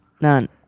None